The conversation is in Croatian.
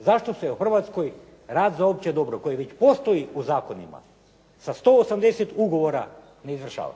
Zašto se u Hrvatskoj rad za opće dobro koje već postoji u zakonima sa 180 ugovora ne izvršava?